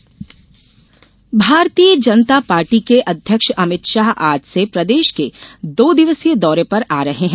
शाह दौरा भारतीय जनता पार्टी के अध्यक्ष अमित शाह आज से प्रदेश के दो दिवसीय दौरे पर आ रहे है